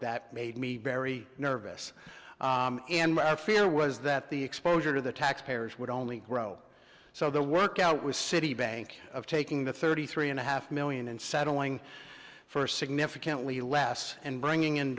that made me very nervous and i fear was that the exposure to the taxpayers would only grow so the workout was citibank of taking the thirty three and a half million and settling for significantly less and bringing in